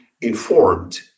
informed